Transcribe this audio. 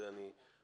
זה אני אומר.